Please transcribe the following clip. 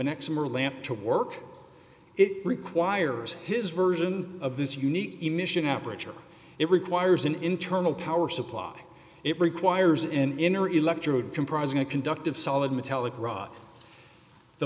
lamp to work it requires his version of this unique emission aperture it requires an internal power supply it requires in inner electrode comprising a conductive solid metallic rod the